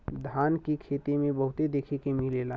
धान के खेते में बहुते देखे के मिलेला